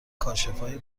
کاشفای